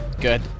good